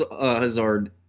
Hazard